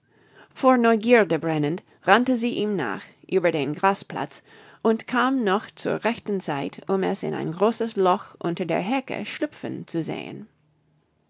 vor neugierde brennend rannte sie ihm nach über den grasplatz und kam noch zur rechten zeit um es in ein großes loch unter der hecke schlüpfen zu sehen